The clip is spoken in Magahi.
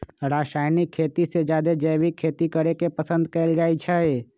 रासायनिक खेती से जादे जैविक खेती करे के पसंद कएल जाई छई